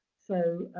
so,